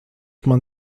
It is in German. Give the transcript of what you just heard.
man